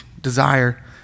desire